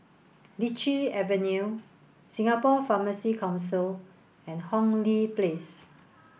Lichi Avenue Singapore Pharmacy Council and Hong Lee Place